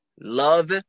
Love